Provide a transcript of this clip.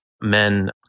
Men